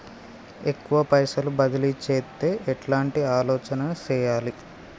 ఎక్కువ పైసలు బదిలీ చేత్తే ఎట్లాంటి ఆలోచన సేయాలి?